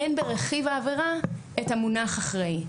ברכיב העבירה אין את המונח אחראי.